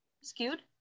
Skewed